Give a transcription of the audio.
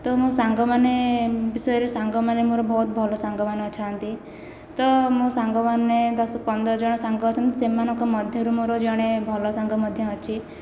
ତ ମୋ ସାଙ୍ଗମାନେ ବିଷୟରେ ସାଙ୍ଗମାନେ ମୋର ବହୁତ ଭଲ ସାଙ୍ଗମାନେ ଅଛନ୍ତି ତ ମୋ ସାଙ୍ଗମାନେ ଦଶ ପନ୍ଦର ଜଣ ସାଙ୍ଗ ଅଛନ୍ତି ସେମାନଙ୍କ ମଧ୍ୟରୁ ମୋର ଜଣେ ଭଲ ସାଙ୍ଗ ମଧ୍ୟ ଅଛି